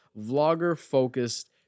vlogger-focused